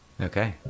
Okay